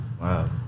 Wow